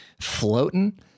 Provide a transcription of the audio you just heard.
floating